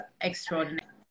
extraordinary